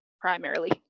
primarily